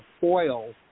foil